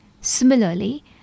Similarly